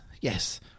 yes